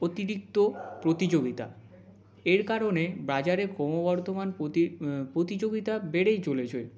অতিরিক্ত প্রতিযোগিতা এর কারণে বাজারে ক্রমবর্ধমান পোতি প্রতিযোগিতা বেড়েই চলেছে